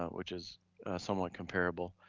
ah which is somewhat comparable,